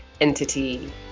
Entity